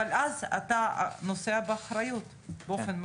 אבל אז אתה נושא באחריות באופן מלא.